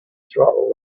throttle